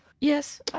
Yes